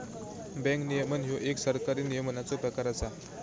bank नियमन ह्यो एक सरकारी नियमनाचो प्रकार असा